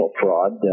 fraud